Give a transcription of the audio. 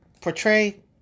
portray